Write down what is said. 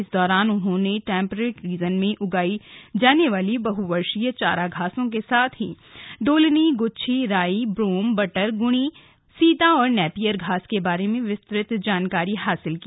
इस दौरान उन्होंने टेम्परेट रीजन में उगाई जाने वाली बहुवर्षीय चारा घासों के साथ ही दोलनी गुच्छी राई ब्रोम बटर गुणी सीता और नैपियर घास के बारे में विस्तृत जानकारी हासिल की